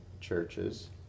churches